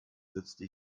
setzte